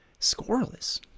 Scoreless